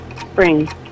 Spring